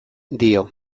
dio